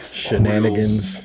shenanigans